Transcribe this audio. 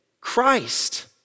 Christ